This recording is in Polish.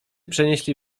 przenieśli